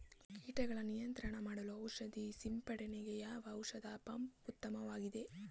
ಕೀಟಗಳ ನಿಯಂತ್ರಣ ಮಾಡಲು ಔಷಧಿ ಸಿಂಪಡಣೆಗೆ ಯಾವ ಔಷಧ ಪಂಪ್ ಉತ್ತಮವಾಗಿದೆ?